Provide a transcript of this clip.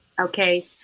okay